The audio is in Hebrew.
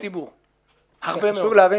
הרבה מאוד תקציבי ציבור.